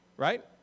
Right